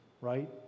right